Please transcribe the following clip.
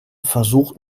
versucht